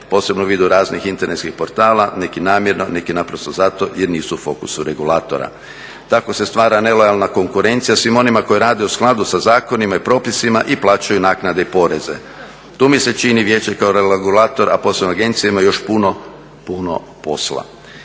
posebno u vidu raznih internetskih portala neki namjerno, neki naprosto zato jer nisu u fokusu regulatora. Tako se stvara nelojalna konkurencija svima onima koji rade u skladu sa zakonima i propisima i plaćaju naknade i poreze. Tu mi se čini vijeće kao regulator, a posebno agencija ima još puno, puno posla.